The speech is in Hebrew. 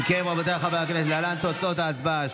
אם כן, רבותיי חברי הכנסת, להלן תוצאות ההצבעה: